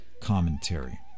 commentary